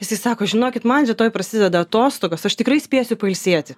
jisai sako žinokit man rytoj prasideda atostogos aš tikrai spėsiu pailsėti